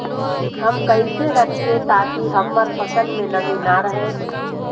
हम कैसे रखिये ताकी हमर फ़सल में नमी न रहै?